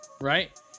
Right